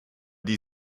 die